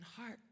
heart